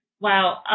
Wow